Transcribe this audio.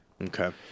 Okay